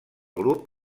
grup